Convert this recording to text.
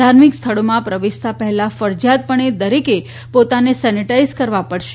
ધાર્મિક સ્થળોમાં પ્રવેશતા પહેલાં ફરજિયાતપણે દરેકે પોતાને સેનીટાઇઝ કરવા પડશે